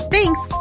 Thanks